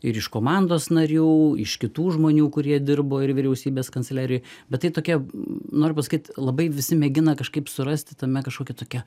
ir iš komandos narių iš kitų žmonių kurie dirbo ir vyriausybės kanceliarijoj bet tai tokia noriu pasakyt labai visi mėgina kažkaip surasti tame kažkokią tokią